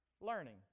learning